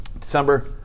December